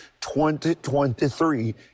2023